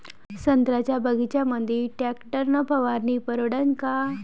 संत्र्याच्या बगीच्यामंदी टॅक्टर न फवारनी परवडन का?